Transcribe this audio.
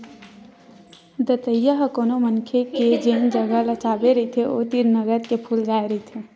दतइया ह कोनो मनखे के जेन जगा ल चाबे रहिथे ओ तीर नंगत के फूल जाय रहिथे